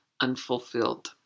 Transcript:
unfulfilled